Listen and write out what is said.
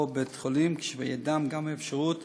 באותו בית-חולים, כשבידם גם האפשרות